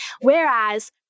Whereas